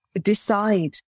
decide